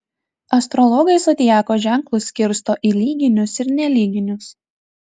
astrologai zodiako ženklus skirsto į lyginius ir nelyginius